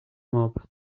mob